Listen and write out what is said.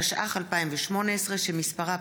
התשע"ח 2018, שמספרה